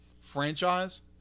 franchise